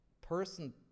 person